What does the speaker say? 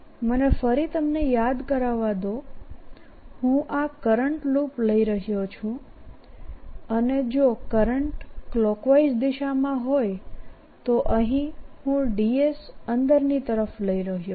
મને ફરી તમને યાદ કરાવવા દોહુંઆકરંટ લૂપલઈ રહ્યો છુંઅનેજોકરંટ ક્લોકવાઇઝ દિશામાં હોયતો અહીં હું ds અંદરની તરફ લઇ રહ્યોછું